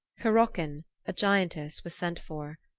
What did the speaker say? hyrroken, a giantess, was sent for.